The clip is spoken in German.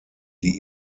die